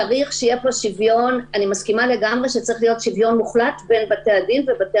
צריך שיהיה פה שוויון מוחלט בין בתי הדין ובתי